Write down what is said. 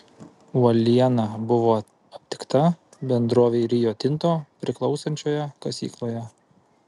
uoliena buvo aptikta bendrovei rio tinto priklausančioje kasykloje